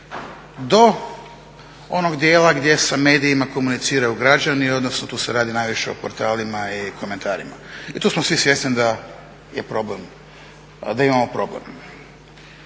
do onog dijela gdje sa medijima komuniciraju građani odnosno tu se najviše radi o portalima i komentarima i tu smo svi svjesni da imamo problem. Taj problem